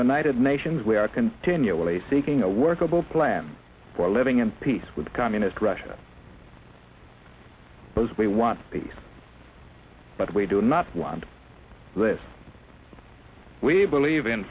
united nations we are continually seeking a workable plan for living in peace with communist russia those we want peace but we do not want that we believe in